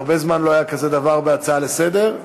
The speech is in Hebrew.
הרבה זמן לא היה כזה דבר בהצעה לסדר-היום.